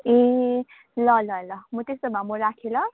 ए ल ल ल म त्यसो भए म राखेँ ल